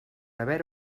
haver